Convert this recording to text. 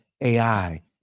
AI